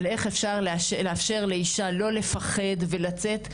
אבל איך לאפשר לאישה לא לפחד ולצאת,